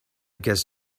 guess